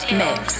mix